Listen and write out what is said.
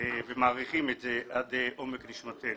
ומעריכים את זה עד עומק נשמתנו.